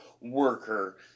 worker